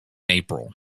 april